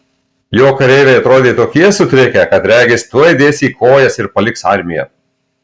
jo kareiviai atrodė tokie sutrikę kad regis tuoj dės į kojas ir paliks armiją